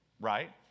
right